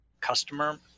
customer